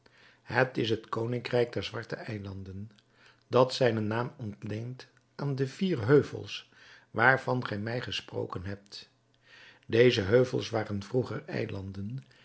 het is het koningrijk der zwarte eilanden dat zijnen naam ontleent aan de vier heuvels waarvan gij mij gesproken hebt deze heuvels waren vroeger eilanden